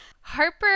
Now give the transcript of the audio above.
Harper